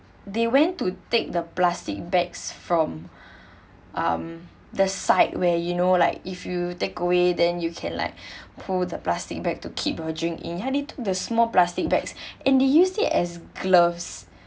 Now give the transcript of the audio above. they went to take the plastic bags from um the site where you know like if you take away then you can like pull the plastic bag to keep your drink in and they took the small plastic bags and they used it as gloves